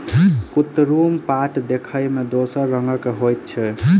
कुतरुम पाट देखय मे दोसरे रंगक होइत छै